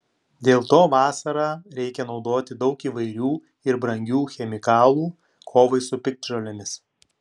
dėl to vasarą reikia naudoti daug įvairių ir brangių chemikalų kovai su piktžolėmis